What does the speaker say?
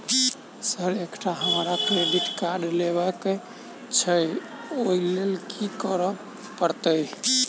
Sir एकटा हमरा credit card लेबकै छैय ओई लैल की करऽ परतै?